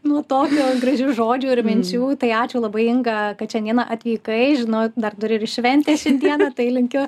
nu tokių gražių žodžių ir minčių tai ačiū labai inga kad šiandieną atvykai žinau dar turi ir šventę šiandieną tai linkiu